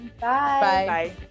Bye